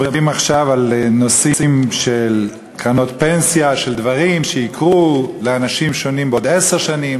על נושאים של קרנות פנסיה ושל דברים שיקרו לאנשים שונים בעוד עשר שנים,